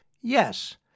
Yes